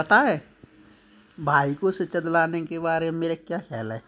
पता है भाई को शिक्षा दिलाने के बारे में मेरे क्या ख्याल है